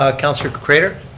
ah councilor craitor?